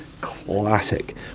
classic